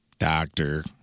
Doctor